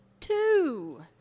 two